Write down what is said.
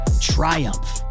Triumph